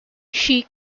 she